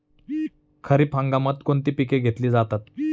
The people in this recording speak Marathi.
खरीप हंगामात कोणती पिके घेतली जातात?